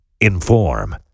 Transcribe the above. inform